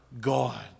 God